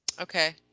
Okay